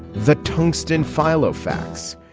the tungsten file of facts.